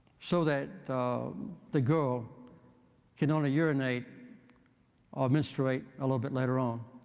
so that the girl can only urinate or menstruate a little bit later on.